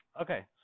Okay